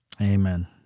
Amen